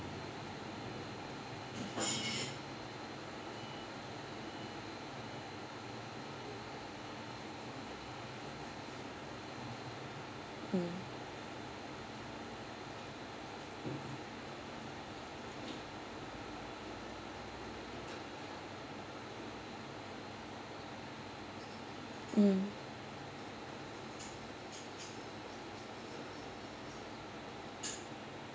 mm mm